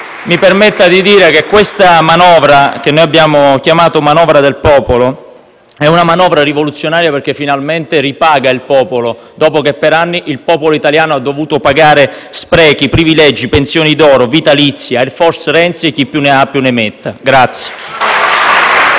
mi permetta di dire che questa manovra, che noi abbiamo chiamato "manovra del popolo", è una manovra rivoluzionaria perché, finalmente, ripaga il popolo dopo che per anni il popolo italiano ha dovuto pagare sprechi, privilegi, pensioni d'oro, vitalizi, Air Force Renzi, e chi più ne ha più ne metta.